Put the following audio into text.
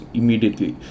immediately